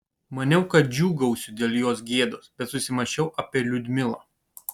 maniau kad džiūgausiu dėl jos gėdos bet susimąsčiau apie liudmilą